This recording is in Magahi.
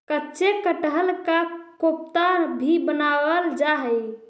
कच्चे कटहल का कोफ्ता भी बनावाल जा हई